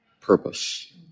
purpose